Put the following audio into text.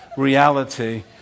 Reality